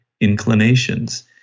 inclinations